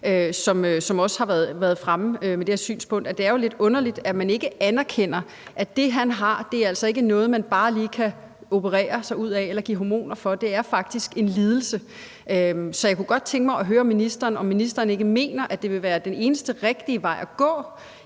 har også været fremme med det her synspunkt, at det er lidt underligt, at det ikke anerkendes, at det, de har, altså ikke er noget, man bare lige kan blive operere for eller give hormoner for. Det er faktisk en lidelse. Så jeg kunne godt tænke mig at høre ministeren, om ministeren ikke mener, at den eneste rigtige vej at gå